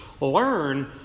learn